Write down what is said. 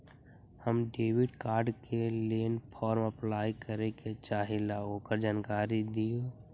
हम debit card के लेल फॉर्म अपलाई करे के चाहीं ल ओकर जानकारी दीउ?